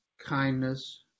kindness